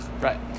Right